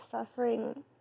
Suffering